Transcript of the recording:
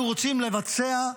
אנחנו רוצים לבצע,